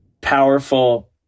powerful